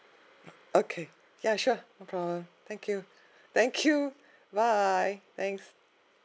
okay ya sure no problem thank you thank you bye thanks